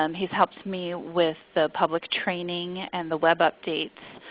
um he's helped me with the public training and the web updates.